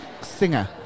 singer